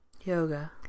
Yoga